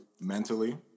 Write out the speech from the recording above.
mentally